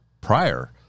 prior